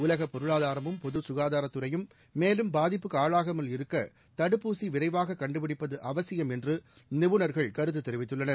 உலகபொருளாதாரமும் பொதுசுகாதாரத்துறையும் மேலும் பாதிப்புக்குஆளாகாமல் இருக்கதடுப்பூசிவிரைவாககண்டுபிடிப்பதுஅவசியம் என்றுநிபுணர்கள் கருத்துதெிவித்துள்ளனர்